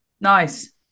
Nice